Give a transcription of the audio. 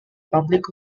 public